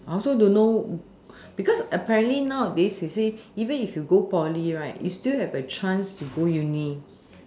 I also don't know because apparently nowadays you see even if you go poly right you still have a chance to go uni